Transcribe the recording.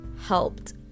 helped